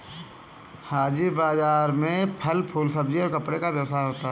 हाजिर बाजार में फल फूल सब्जी और कपड़े का व्यवसाय होता है